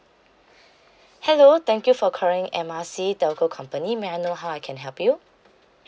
hello thank you for calling M R C telco company may I know how I can help you